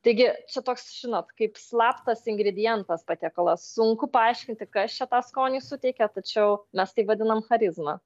taigi čia toks žinot kaip slaptas ingredientas patiekalas sunku paaiškinti kas čia tą skonį suteikia tačiau mes tai vadinam charizma